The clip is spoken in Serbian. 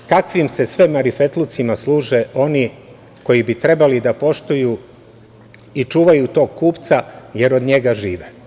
Pogledajte kakvim se sve marifetlucima služe oni koji bi trebali da poštuju i čuvaju tog kupca jer od njega žive.